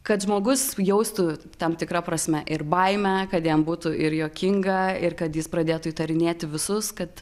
kad žmogus jaustų tam tikra prasme ir baimę kad jam būtų ir juokinga ir kad jis pradėtų įtarinėti visus kad